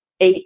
eight